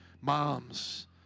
Moms